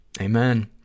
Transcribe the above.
Amen